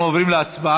אנחנו עוברים להצבעה,